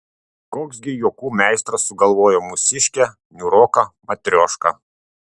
koks gi juokų meistras sugalvojo mūsiškę niūroką matriošką